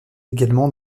également